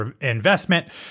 investment